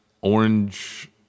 orange